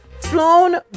flown